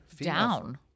Down